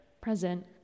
Present